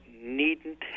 needn't